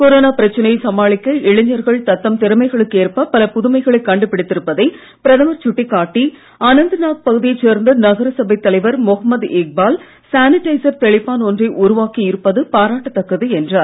corona பிரச்சனையை சமாளிக்க இளைஞர்கள் தத்தம் திறமைகளுக்கு ஏற்ப பல புதுமைகளை கண்டு பிடித்திருப்பதைப் பிரதமர் சுட்டிக் காட்டி அனந்தநாக் பகுதியை சேர்ந்த நகர சபைத் தலைவர் முகமது இக்பால் சானிடைசர் தெளிப்பான் ஒன்றை உருவாக்கி இருப்பது பாராட்டத்தக்கது என்றார்